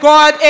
God